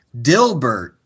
Dilbert